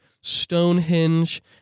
Stonehenge